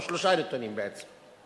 או שלושה נתונים בעצם: